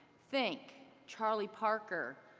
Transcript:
think charlie parker,